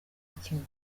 ikinga